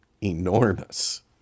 enormous